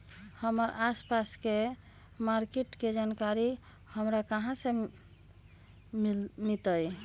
हमर आसपास के मार्किट के जानकारी हमरा कहाँ से मिताई?